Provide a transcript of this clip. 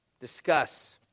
discuss